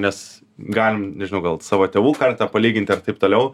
mes galim nežinau gal savo tėvų kartą palygint ar taip toliau